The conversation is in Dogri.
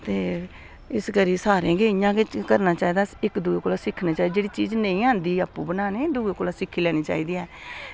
ते उस करियै सारें गै इंया करना चाहिदा ऐ इक्क दूऐ कोला सिक्खना चाहिदा जेह्ड़ी चीज़ नेईं आंदी आपूं बनाने ई ओह् दूऐ कोला सिक्खी लैनी चाहिदी ऐ